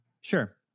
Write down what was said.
sure